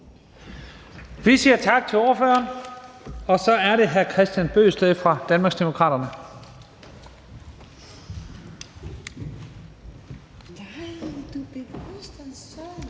Vi siger tak til ordføreren. Så er det hr. Kristian Bøgsted fra Danmarksdemokraterne.